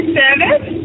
service